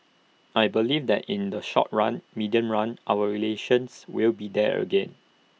I believe that in the short run medium run our relations will be there again